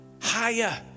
higher